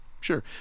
Sure